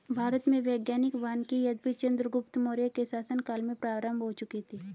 भारत में वैज्ञानिक वानिकी यद्यपि चंद्रगुप्त मौर्य के शासन काल में प्रारंभ हो चुकी थी